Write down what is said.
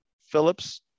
Phillips